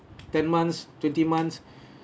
ten months twenty months